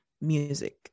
music